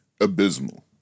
abysmal